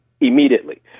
immediately